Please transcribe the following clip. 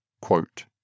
Quote